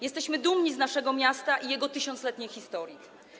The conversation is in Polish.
Jesteśmy dumni z naszego miasta i jego 1000-letniej historii.